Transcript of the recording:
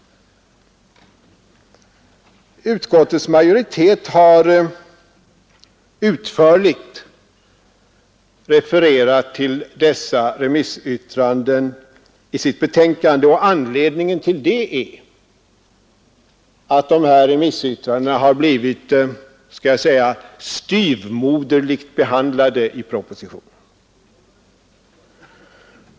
Utskottets majoritet har utförligt refererat till dessa remissyttranden i sitt betänkande, och anledningen till det är att dessa remissyttranden har blivit styvmoderligt behandlade i propositionen.